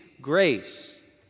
grace